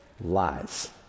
lies